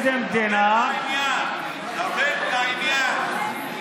ומה עם האדמה, טאהא?